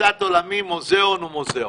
לתפיסת עולמי מוזיאון הוא מוזיאון.